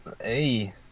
Hey